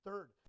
Third